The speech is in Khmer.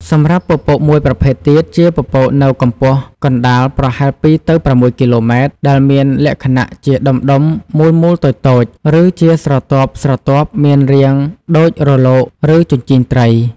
សម្រាប់់ពពកមួយប្រភេទទៀតជាពពកនៅកម្ពស់កណ្តាលប្រហែល ២ ទៅ ៦ គីឡូម៉ែត្រ ដែលមានលក្ខណៈជាដុំៗមូលៗតូចៗ ឬជាស្រទាប់ៗមានរាងដូចរលក ឬជញ្ជីងត្រី។